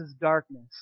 darkness